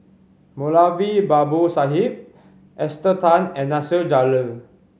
Moulavi Babu Sahib Esther Tan and Nasir Jalil